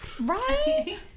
Right